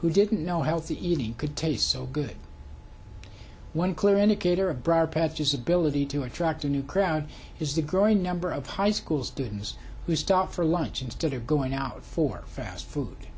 who didn't know healthy eating could taste so good one clear indicator of briarpatch is ability to attract a new crowd is the growing number of high school students who stop for lunch instead of going out for fast food